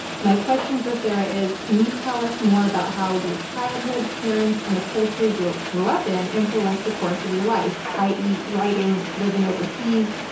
my question for sarah is, can you tell us more about how your childhood parents and the culture you grew grew up in influenced the course of your life? i. e. writing, living overseas,